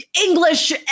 English